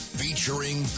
featuring